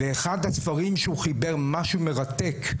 ואחד הספרים שהוא חיבר, משהו מרתק,